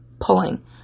pulling